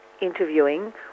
interviewing